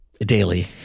daily